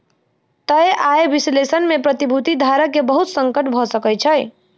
तय आय विश्लेषण में प्रतिभूति धारक के बहुत संकट भ सकै छै